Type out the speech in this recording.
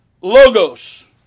logos